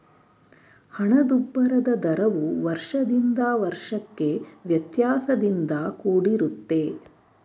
ಹಣದುಬ್ಬರದ ದರವು ವರ್ಷದಿಂದ ವರ್ಷಕ್ಕೆ ವ್ಯತ್ಯಾಸದಿಂದ ಕೂಡಿರುತ್ತೆ